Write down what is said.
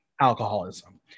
alcoholism